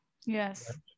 Yes